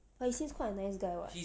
but he seems quite a nice guy [what]